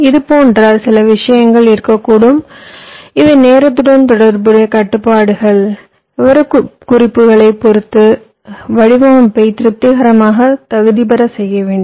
இதுபோன்ற சில விஷயங்கள் இருக்கக்கூடும் இவை நேரத்துடன் தொடர்புடைய கட்டுப்பாடுகள் விவரக்குறிப்புகளைப் பொறுத்து வடிவமைப்பைத் திருப்திகரமாக தகுதிபெற செய்ய வேண்டும்